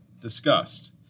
discussed